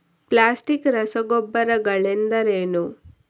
Plastic ರಸಗೊಬ್ಬರಗಳೆಂದರೇನು?